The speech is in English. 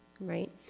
right